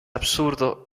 absurdo